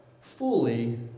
fully